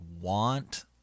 want